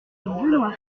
benoît